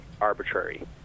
arbitrary